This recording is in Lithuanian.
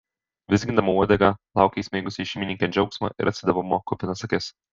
vizgindama uodegą laukė įsmeigusi į šeimininkę džiaugsmo ir atsidavimo kupinas akis